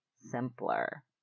simpler